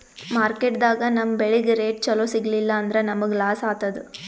ಮಾರ್ಕೆಟ್ದಾಗ್ ನಮ್ ಬೆಳಿಗ್ ರೇಟ್ ಚೊಲೋ ಸಿಗಲಿಲ್ಲ ಅಂದ್ರ ನಮಗ ಲಾಸ್ ಆತದ್